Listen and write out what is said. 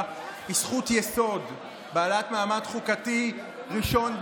היא זכות יסוד בעלת מעמד חוקתי ראשון במעלה.